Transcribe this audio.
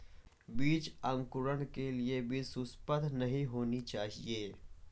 बीज अंकुरण के लिए बीज सुसप्त नहीं होना चाहिए